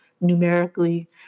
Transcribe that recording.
numerically